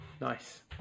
Nice